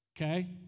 okay